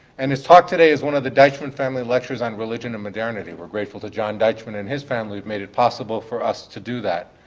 and his talk today is one of the deitchman family lectures on religion and modernity. we're grateful to john deitchman and his family who've made it possible for us to do that.